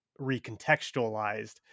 recontextualized